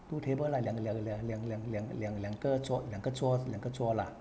two table lah 两两两两两两两个坐两个坐两个坐啦